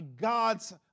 God's